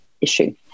issue